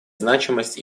значимость